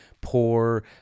poor